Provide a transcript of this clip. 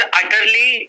utterly